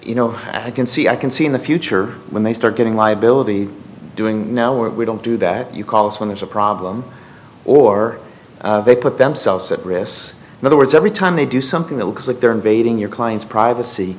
you know i can see i can see in the future when they start getting liability doing now we don't do that you call us when there's a problem or they put themselves at risk in other words every time they do something that looks like they're invading your client's privacy